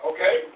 Okay